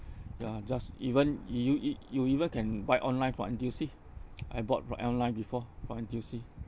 ya just even you e~ you even can buy online for N_T_U_C I bought from online before for N_T_U_C